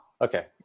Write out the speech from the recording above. okay